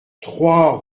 trois